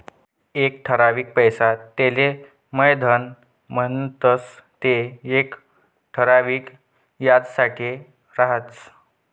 एक ठरावीक पैसा तेले मुयधन म्हणतंस ते येक ठराविक याजसाठे राहस